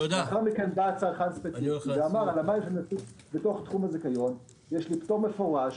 לאחר מכן בא צרכן ספציפי ואמר: בתחום הזיכיון יש לי פטור מפורש,